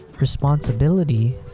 responsibility